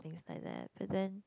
things like that but then